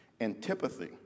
Antipathy